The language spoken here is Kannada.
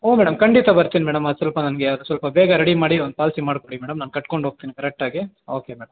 ಊಂ ಮೇಡಮ್ ಖಂಡಿತ ಬರ್ತಿನಿ ಮೇಡಮ್ ಅದು ಸ್ವಲ್ಪ ನನಗೆ ಅದು ಸ್ವಲ್ಪ ಬೇಗ ರೆಡಿ ಮಾಡಿಸಿ ಒಂದು ಪಾಲ್ಸಿ ಮಾಡಿಕೊಡಿ ಮೇಡಮ್ ನಾನು ಕಟ್ಕೊಂಡು ಹೋಗ್ತೀನಿ ಕರೆಕ್ಟಾಗಿ ಓಕೇ ಮೇಡಮ್